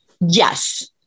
Yes